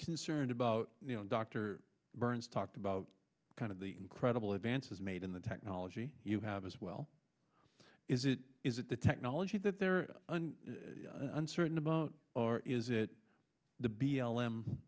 concerned about dr burns talked about kind of the incredible advances made in the technology you have as well is it is it the technology that they're uncertain about or is it the b l m